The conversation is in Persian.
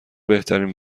بهترین